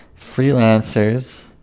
Freelancers